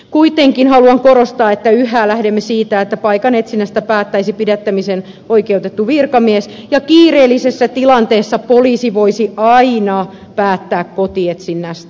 kuitenkin haluan korostaa että yhä lähdemme siitä että paikanetsinnästä päättäisi pidättämiseen oikeutettu virkamies ja kiireellisessä tilanteessa poliisi voisi aina päättää kotietsinnästä